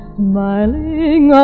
smiling